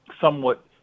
somewhat